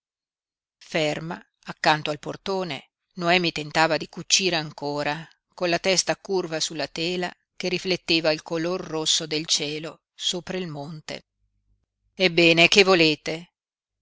ferma accanto al portone noemi tentava di cucire ancora con la testa curva sulla tela che rifletteva il color rosso del cielo sopra il monte ebbene che volete